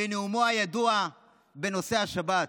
בנאומו הידוע בנושא השבת: